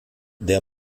der